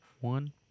One